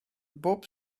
bob